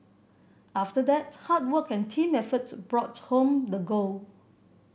after that hard work and team efforts brought home the gold